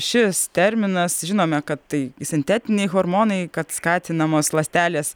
šis terminas žinome kad tai sintetiniai hormonai kad skatinamos ląstelės